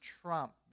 Trump